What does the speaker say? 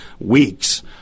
weeks